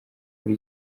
muri